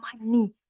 money